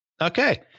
Okay